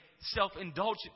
self-indulgent